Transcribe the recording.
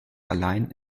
allein